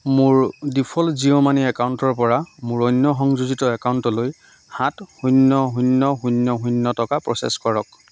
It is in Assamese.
মোৰ ডিফ'ল্ট জিঅ' মানি একাউণ্টৰ পৰা মোৰ অন্য সংযোজিত একাউণ্টলৈ সাত শূন্য শূন্য শূন্য শূন্য টকা প্ৰ'চেছ কৰক